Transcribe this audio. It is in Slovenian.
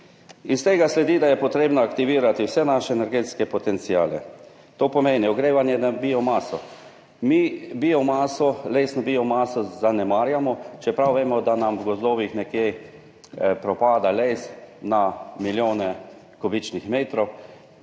Iz tega sledi, da je potrebno aktivirati vse naše energetske potenciale, to pomeni ogrevanje na biomaso. Mi lesno biomaso zanemarjamo, čeprav vemo, da nam v gozdovih propada nekje na milijone kubičnih metrov